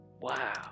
Wow